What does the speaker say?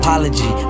Apology